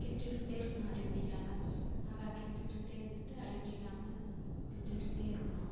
கிண்டிவிட்டுக்கிட்டே இருக்கணும் அடி பிடிக்காமல் நல்லா கிண்டிவிட்டுக்கிட்டே இருந்துட்டு அடி பிடிக்காமல் கிண்டிவிட்டுக்கிட்டே இருக்கணும்